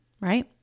right